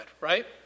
right